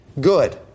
good